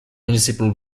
municipal